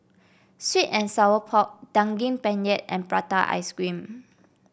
sweet and Sour Pork Daging Penyet and Prata Ice Cream